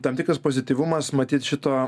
tam tikras pozityvumas matyt šito